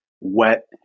wet